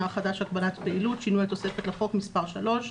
החדש הגבלת פעילות) (שינוי התוספת לחוק) (מספר 3),